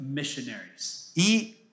missionaries